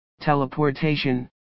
teleportation